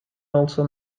also